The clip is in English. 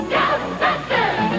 Ghostbusters